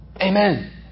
Amen